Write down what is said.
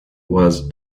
was